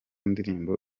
ndirimbo